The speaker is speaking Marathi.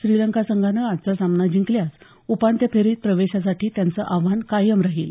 श्रीलंका संघानं आजचा सामना जिंकल्यास उपांत्य फेरीत प्रवेशासाठी त्यांचं आव्हान कायम राहील